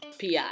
PI